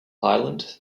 highland